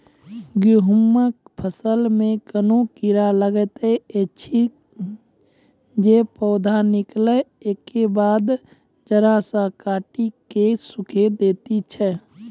गेहूँमक फसल मे कून कीड़ा लागतै ऐछि जे पौधा निकलै केबाद जैर सऽ काटि कऽ सूखे दैति छै?